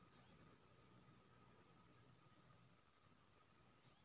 rotator machine सँ अनाज के घूमा घूमा कय दऊनी होइ छै